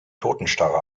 totenstarre